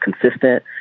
consistent